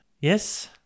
Yes